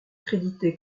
créditée